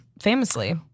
famously